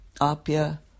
Apia